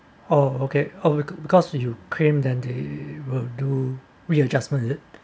oh okay because oh you claim than they will do readjustment is it